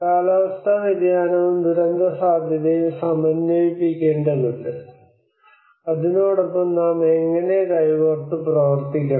കാലാവസ്ഥാ വ്യതിയാനവും ദുരന്തസാധ്യതയും സമന്വയിപ്പിക്കേണ്ടതുണ്ട് അതിനോടൊപ്പം നാം എങ്ങനെ കൈകോർത്ത് പ്രവർത്തിക്കണം